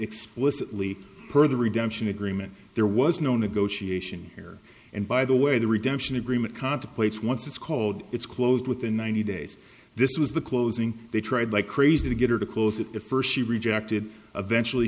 explicitly per the redemption agreement there was no negotiation here and by the way the redemption agreement contemplates once it's called it's closed within ninety days this was the closing they tried like crazy to get her to close it the first she rejected eventually